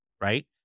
right